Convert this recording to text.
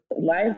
life